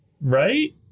Right